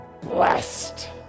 blessed